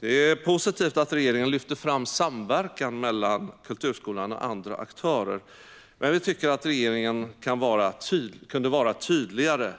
Det är positivt att regeringen lyfter fram samverkan mellan kulturskolan och andra aktörer, men vi tycker att regeringen kunde vara tydligare.